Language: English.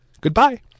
Goodbye